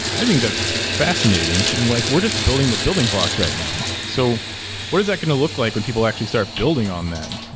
i think that's fascinating. and like we're just building the building blocks right now. so what is that going to look like when people actually start building on then?